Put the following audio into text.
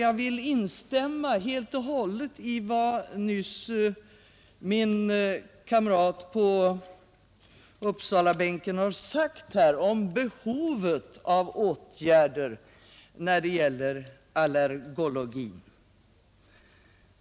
Jag vill instämma helt och hållet i vad min kamrat på Uppsalabänken nyss har sagt om behovet av åtgärder när det gäller allergologi.